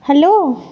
hello